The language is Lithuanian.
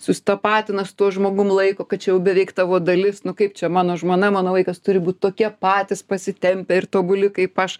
susitapatina su tuo žmogum laiko kad čia jau beveik tavo dalis nu kaip čia mano žmona mano vaikas turi būt tokie patys pasitempę ir tobuli kaip aš